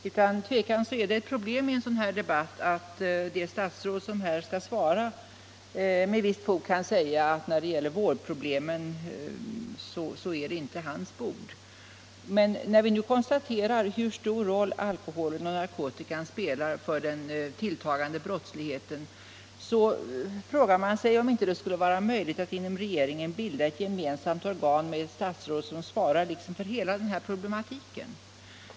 Herr talman! Utan tvivel är det ett problem i en sådan här debatt att det statsråd som skall svara med visst fog kan säga att det inte är hans bord när det gäller vårdproblemet. Men när man konstaterar hur stor roll alkohol och narkotika spelar för den tilltagande brottsligheten frågar man sig om det inte skulle vara möjligt att inom regeringen bilda ett gemensamt organ med ett statsråd som liksom svarar för hela problematiken.